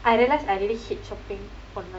I realised I really hate shopping online